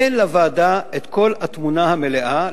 אין לוועדה התמונה המלאה,